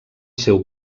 seu